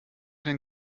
denn